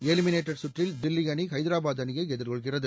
eliminator சுற்றில் தில்லி அணி ஹைதராபாத் அணியை எதிர்கொள்கிறது